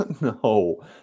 No